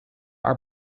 our